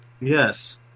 Yes